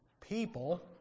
people